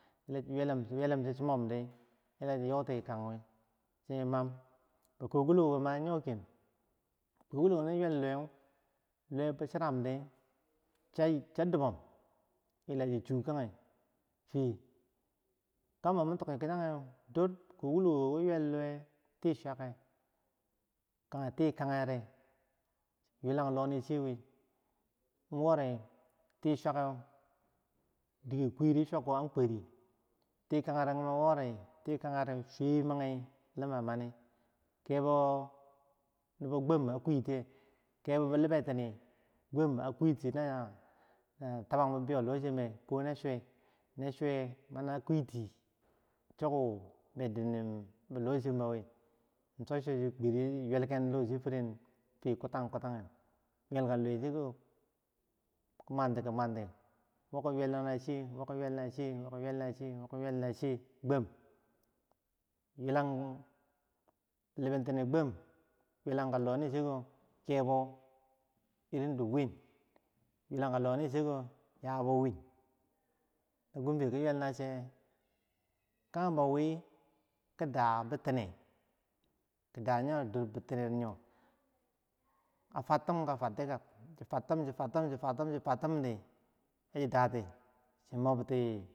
la chi yulum chi yulum chi la chi yotenkanwi, bikokila no yuwel luwe, bo chirandi chiyan dobob, yila chi chu kane nin kambo mi tiki kichaneu, bikokilokom ki yuweu luwe tii chiike, kanye tikanyere, wori tii suwake deker kuwidi suwako an kurayero wori, suwemi kabo, keboi nobo gwam a kwiti, ko na suwe mani a kwitina choka bibiyo longyeu bo wi, cho- cho chi kwidi chi yuwelken lochiyo wiya, woki yuwel, nache woki yuwel nache, bilinimbo gwam yulanka lonichiko yabo win, nagum fiya ki yuwel na chiye kanyenbo wi, ki, da bi tine shi fiatum chifat di uni dati chi morti faromi.